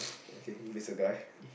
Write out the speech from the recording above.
okay there's a guy